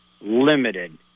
Limited